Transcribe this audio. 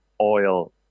oil